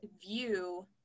view